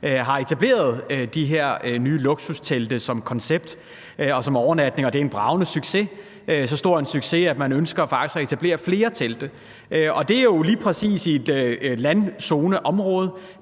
har etableret de her nye luksustelte som koncept for en overnatning, og det er en bragende succes. Det er så stor en succes, at man faktisk ønsker at etablere flere telte. Det er jo lige præcis i et landzoneområde.